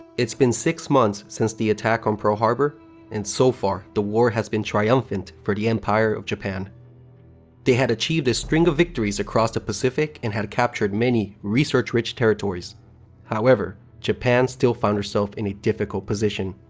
it's been six months since the attack on pearl harbor and so far the war has been triumphant for the empire of japan they had achieved a string of victories across the pacific and had captured many resource rich territories however, japan still found herself in a difficult position